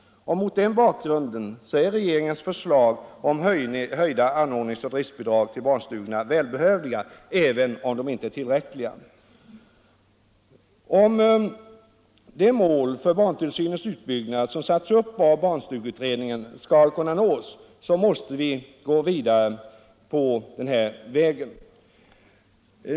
Mot den bakgrunden är regeringens förslag om höjda anordnings och driftbidrag till barnstugorna välbehövliga, även om de inte är tillräckliga. Om de mål för barntillsynens utbyggnad som satts upp av barnstugeutredningen skall kunna nås måste vi gå vidare på den vägen.